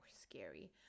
scary